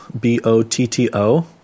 B-O-T-T-O